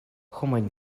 homoj